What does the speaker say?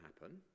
happen